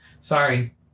Sorry